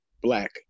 black